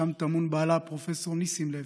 שם טמון בעלה פרופ' נסים לוי,